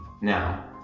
Now